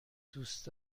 دوست